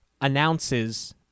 announces